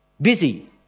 busy